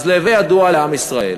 אז להווי ידוע לעם ישראל